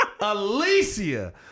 Alicia